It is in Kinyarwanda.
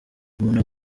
umuntu